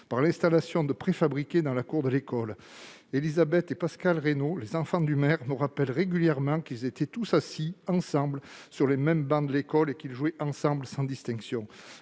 à l'installation de préfabriqués dans la cour. Élisabeth et Pascal Reynaud, les enfants du maire, nous rappellent régulièrement qu'ils étaient tous assis sur les mêmes bancs et qu'ils jouaient ensemble sans distinction.